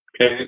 okay